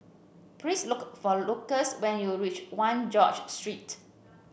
please look for Lucius when you reach One George Street